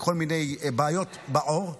בכל מיני בעיות בעור.